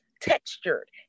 textured